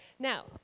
Now